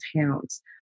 towns